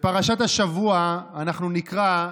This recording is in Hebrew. בפרשת השבוע אנחנו נקרא: